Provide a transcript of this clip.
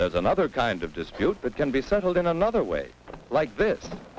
that's another kind of dispute but can be settled in another way like this